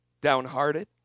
Downhearted